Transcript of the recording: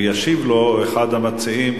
וישיב לו אחד המציעים,